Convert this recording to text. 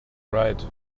right